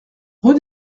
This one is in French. rue